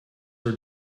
are